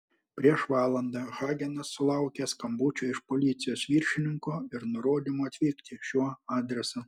prieš valandą hagenas sulaukė skambučio iš policijos viršininko ir nurodymo atvykti šiuo adresu